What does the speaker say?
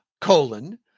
colon